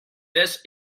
this